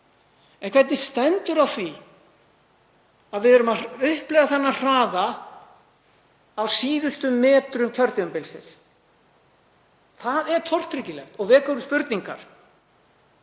en hvernig stendur á því að við erum að upplifa þennan hraða á síðustu metrum kjörtímabilsins? Það er tortryggilegt og vekur upp spurningar.